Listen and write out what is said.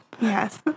Yes